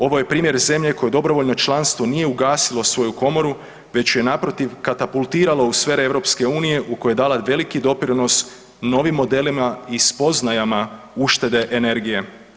Ovo je primjer zemlje koju dobrovoljno članstvo nije ugasilo svoju komoru već ju je naprotiv katapultiralo u sfere EU u kojoj je dala veliki doprinos novim modelima i spoznajama uštede energije.